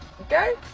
okay